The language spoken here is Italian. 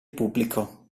pubblico